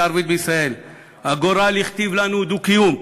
הערבית בישראל: הגורל הכתיב לנו דו-קיום.